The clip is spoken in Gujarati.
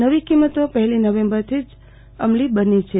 નવી કિંમતો પહેલી નવેમ્બરથી જ અમલી બની છે